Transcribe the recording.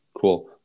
cool